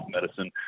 medicine